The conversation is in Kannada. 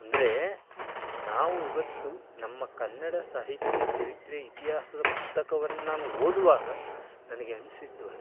ಅಂದರೇ ನಾವು ಇವತ್ತು ನಮ್ಮ ಕನ್ನಡ ಸಾಹಿತ್ಯ ಚರಿತ್ರೆ ಇತಿಹಾಸದ ಪುಸ್ತಕವನ್ನು ನಾನು ಓದುವಾಗ ನನಗೆ ಅನಿಸಿದ್ದು ಅದೇ